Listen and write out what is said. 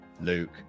Luke